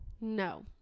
No